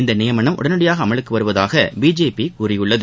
இந்த நியமனம் உடனடியாக அமலுக்கு வருவதாக பிஜேபி கூறியுள்ளது